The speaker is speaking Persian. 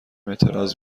اعتراض